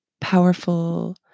powerful